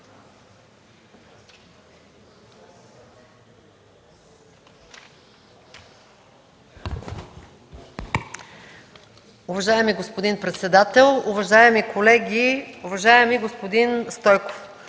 Уважаеми господин председател, уважаеми колеги! Уважаеми господин Стойков,